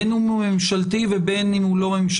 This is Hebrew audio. בין אם הוא ממשלתי ובין אם הוא לא ממשלתי,